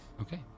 Okay